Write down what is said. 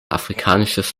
afrikanisches